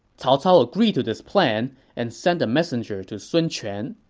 cao cao agreed to this plan and sent a messenger to sun quan.